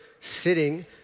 sitting